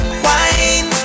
wine